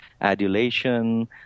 adulation